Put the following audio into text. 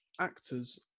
actors